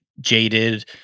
jaded